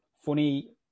funny